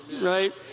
right